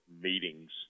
meetings